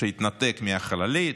שהתנתק מהחללית,